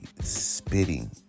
spitting